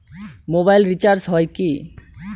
Mobile recharge হয় কি?